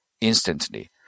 instantly